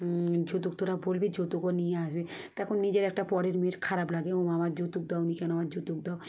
যৌতুক তোরা বলবি যৌতুক ও নিয়ে আসবে তখন নিজের একটা পরের মেয়ের খারাপ লাগে ও আমার যৌতুক দাও নি কেন আমার যৌতুক দাও